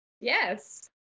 Yes